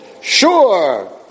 sure